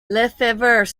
lefevre